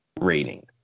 rating